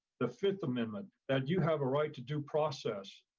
the fifth amendment that you have a right to due process